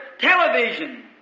television